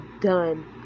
done